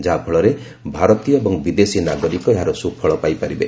ଯାହାଫଳରେ ଭାରତୀୟ ଏବଂ ବିଦେଶୀ ନାଗରିକ ଏହାର ସୁଫଳ ପାଇପାରିବେ